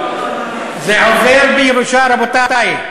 זה עובר בירושה, רבותי.